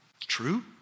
true